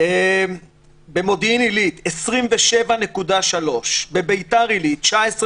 במודיעין עילית 27.3, בבית"ר עילית 19.9,